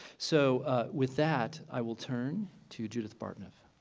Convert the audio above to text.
so with that i will turn to judith bartnoff.